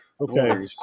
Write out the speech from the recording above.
Okay